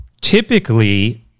Typically